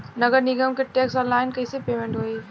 नगर निगम के टैक्स ऑनलाइन कईसे पेमेंट होई?